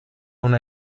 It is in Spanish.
una